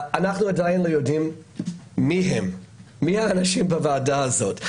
אנחנו עדיין לא יודעים מי האנשים בוועדה הזאת,